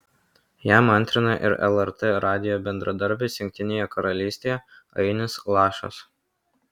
jam antrina ir lrt radijo bendradarbis jungtinėje karalystėje ainius lašas